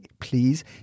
Please